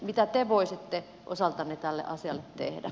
mitä te voisitte osaltanne tälle asialle tehdä